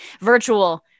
virtual